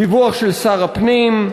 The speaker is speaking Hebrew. דיווח של שר הפנים,